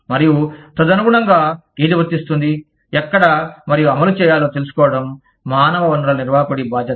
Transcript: మరియు తదనుగుణంగా ఏది వర్తిస్తుంది ఎక్కడ మరియు అమలు చేయాలో తెలుసుకోవడం మానవ వనరుల నిర్వాహకుడి బాధ్యత